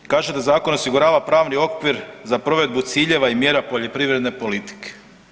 Kaže da zakon osigurava pravni okvir za provedbu ciljeva i mjera poljoprivredne politike.